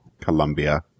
Colombia